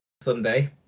Sunday